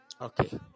Okay